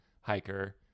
hiker